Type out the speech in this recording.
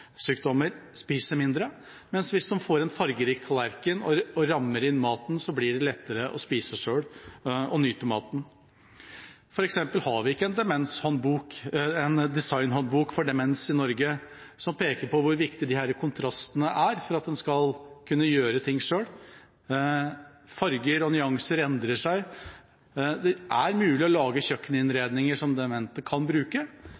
spiser mindre, men hvis de får en fargerik tallerken og rammer inn maten, blir det lettere å spise selv og nyte maten. For eksempel har vi ikke en designhåndbok for demens i Norge som peker på hvor viktige disse kontrastene er for at en skal kunne gjøre ting selv. Farger og nyanser endrer seg. Det er mulig å lage kjøkkeninnredninger som demente kan bruke,